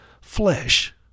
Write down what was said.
flesh—